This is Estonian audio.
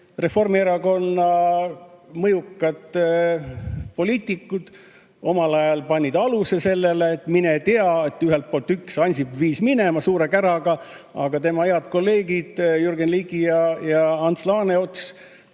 Reformierakonna mõjukad poliitikud omal ajal panid aluse sellele, et mine tea, ühelt poolt Ansip viis pronkssõduri minema suure käraga, aga tema head kolleegid Jürgen Ligi ja Ants Laaneots